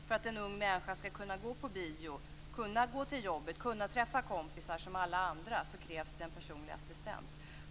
För att en handikappad ung människa skall kunna gå på bio, kunna gå till jobbet och kunna träffa kompisar som alla andra krävs det en personlig assistent.